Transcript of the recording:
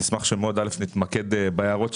אני אשמח שנתמקד בהערות.